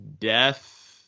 death